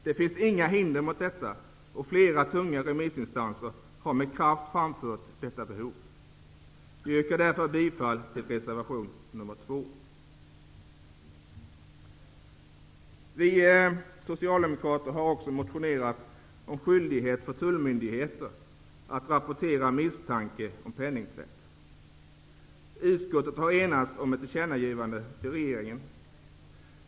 Det finns inga hinder mot detta, och från flera tunga remissinstanser har detta behov med kraft förts fram. Herr talman! Jag yrkar därmed bifall till reservation nr 2. Vi socialdemokrater har också motionerat om skyldighet för tullmyndigheter att rapportera misstanke om penningtvätt. Utskottet har enats om ett tillkännagivande till regeringen.